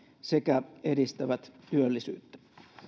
sekä edistävät työllisyyttä